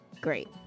Great